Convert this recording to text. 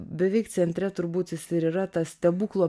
beveik centre turbūt jis ir yra ta stebuklo